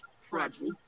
fragile